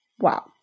wow